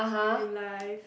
in life